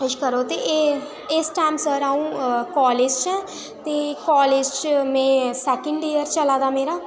किश करो ते एह् इस टाईम च सर अ'ऊं कॉलेज च ऐं ते कॉलेज च में सैकेंड इयर चला दा मेरा